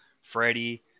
Freddie